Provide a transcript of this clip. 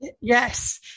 Yes